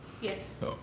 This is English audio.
Yes